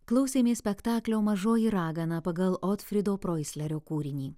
klausėmės spektaklio mažoji ragana pagal otfrydo proislerio kūrinį